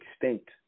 extinct